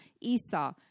Esau